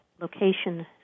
location